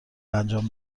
انجام